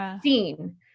seen